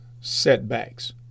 setbacks